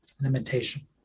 limitation